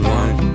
one